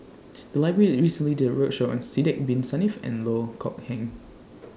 The Library recently did A roadshow on Sidek Bin Saniff and Loh Kok Heng